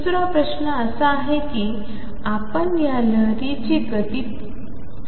दुसरा प्रश्न असा आहे की आपण या लहरीच्या गतीची गणना करूया